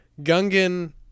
Gungan